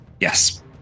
Yes